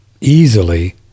easily